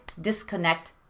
disconnect